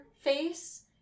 face